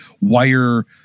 wire